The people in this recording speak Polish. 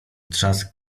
trzask